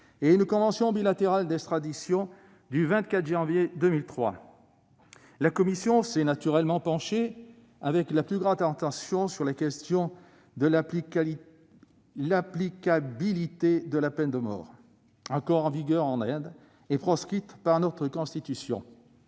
et la convention bilatérale d'extradition du 24 janvier 2003. La commission s'est naturellement penchée avec la plus grande attention sur l'applicabilité de la peine de mort, proscrite par notre Constitution,